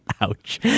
Ouch